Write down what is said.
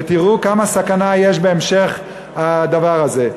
ותראו כמה סכנה יש בהמשך הדבר הזה.